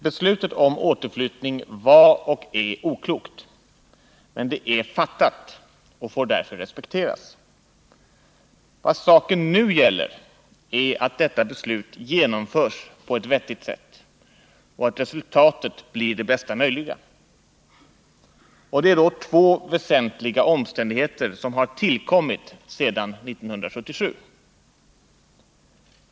Beslutet om återflyttning var och är oklokt, men det är fattat och får därför respekteras. Vad saken nu gäller är att detta beslut genomförs på ett vettigt sätt och att resultatet blir det bästa möjliga. Det är då två väsentliga omständigheter som har tillkommit sedan 1977.